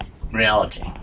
reality